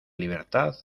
libertad